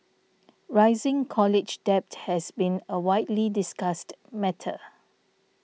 rising college debt has been a widely discussed matter